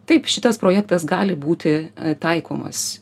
taip šitas projektas gali būti taikomas